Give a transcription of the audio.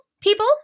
people